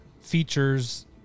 features